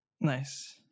Nice